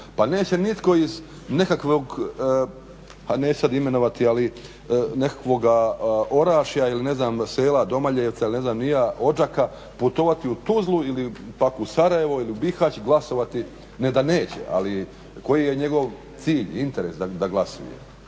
Pa neće nitko iz nekakvog, a neću sada imenovati, ali nekakvoga Orašja ili ne znam sela Domaljevca ili ne znam i ja, Odžaka putovati u Tuzlu ili pak u Sarajevo ili u Bihač glasovati, ne da neće, ali koji je njegov cilj, interes da glasuje.